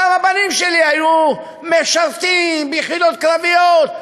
גם הבנים שלי שירתו ביחידות קרביות.